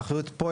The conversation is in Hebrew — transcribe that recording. האחריות פה,